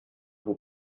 vous